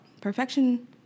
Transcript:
Perfection